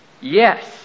Yes